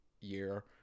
year